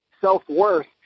Self-worth